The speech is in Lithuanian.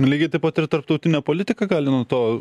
lygiai taip pat ir tarptautinė politika gali nuo to